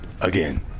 again